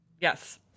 Yes